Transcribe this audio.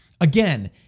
Again